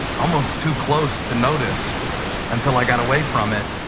almost too close to notice until i got away from it.